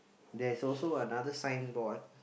there's also another signboard